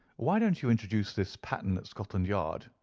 why don't you introduce this pattern at scotland yard?